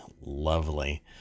lovely